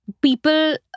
people